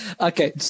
Okay